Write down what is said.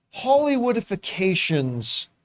Hollywoodifications